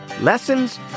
Lessons